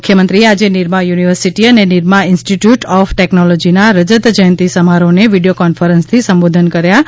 મુખ્યમંત્રીશ્રી આજે નિરમા યુનિવર્સિટી અને નિરમા ઇન્સ્ટિટ્યુટ ઓફ ટેક્નોલોજીના રજત જયંતિ સમારોહને વિડીયો કોન્ફરન્સથી સંબોધન કરી રહ્યા હતા